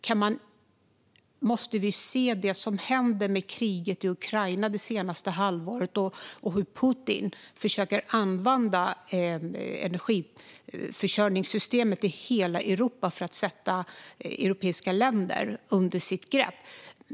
Vi måste självklart se vad som hänt det senaste halvåret i och med kriget i Ukraina och hur Putin försöker använda energiförsörjningssystemet i hela Europa för att få europeiska länder i sitt grepp.